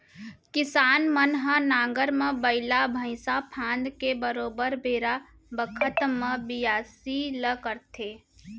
किसान मन ह नांगर म बइला भईंसा फांद के बरोबर बेरा बखत म बियासी ल करथे